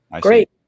great